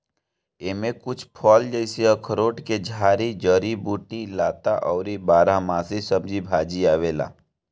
एमे कुछ फल जइसे अखरोट के झाड़ी, जड़ी बूटी, लता अउरी बारहमासी सब्जी भाजी आवेला